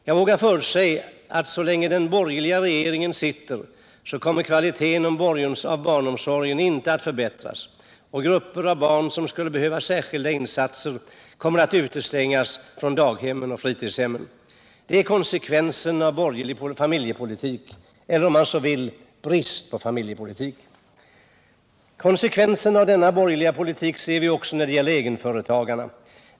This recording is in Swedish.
Jag vågar förutsäga att så länge den borgerliga regeringen sitter så kommer kvaliteten när det gäller barnomsorgen inte att förbättras. Grupper av barn, för vilka skulle behövas särskilda insatser, kommer att utestängas från daghemmen och fritidshemmen. Det är konsekvensen av borgerlig familjepolitik eller, om man så vill, bristen på familjepolitik. Konsekvensen av denna borgerliga politik ser vi också när det gäller egenföretagarna.